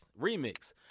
Remix